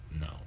No